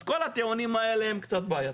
אז כל הטיעונים האלה הם קצת בעייתיים.